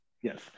Yes